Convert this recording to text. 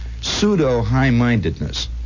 pseudo-high-mindedness